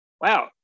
Wow